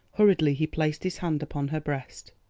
hurriedly he placed his hand upon her breast.